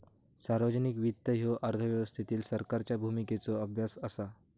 सार्वजनिक वित्त ह्यो अर्थव्यवस्थेतील सरकारच्या भूमिकेचो अभ्यास असा